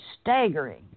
staggering